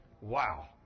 Wow